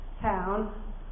town